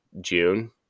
June